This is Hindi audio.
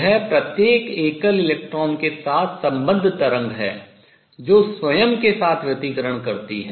यह प्रत्येक एकल इलेक्ट्रॉन के साथ सम्बद्ध तरंग है जो स्वयं के साथ व्यतिकरण करती है